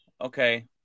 okay